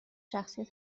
شخصیت